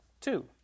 two